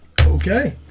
Okay